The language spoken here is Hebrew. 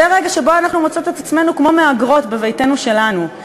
זה רגע שבו אנחנו מוצאות את עצמנו כמו מהגרות בביתנו שלנו.